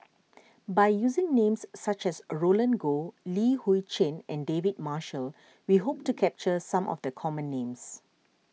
by using names such as Roland Goh Li Hui Cheng and David Marshall we hope to capture some of the common names